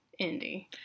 Indie